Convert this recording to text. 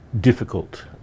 difficult